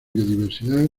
biodiversidad